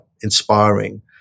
inspiring